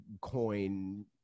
coin